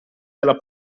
della